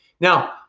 Now